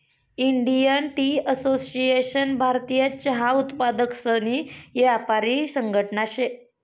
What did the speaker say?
Indian tea association भारतीय चहा उत्पादकसनी यापारी संघटना शे